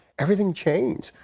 everything changed.